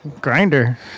Grinder